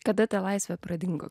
kada ta laisvė pradingo